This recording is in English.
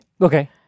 Okay